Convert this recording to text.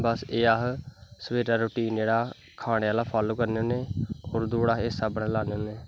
बस एह् सवेरैं रोटीन जेह्ड़ा खानें आह्ला करनें होने और दौड़ अस इयां लान्नें होने